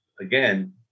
again